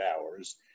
hours